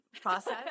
process